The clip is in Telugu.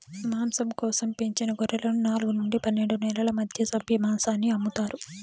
మాంసం కోసం పెంచిన గొర్రెలను నాలుగు నుండి పన్నెండు నెలల మధ్య సంపి మాంసాన్ని అమ్ముతారు